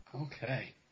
Okay